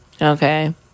Okay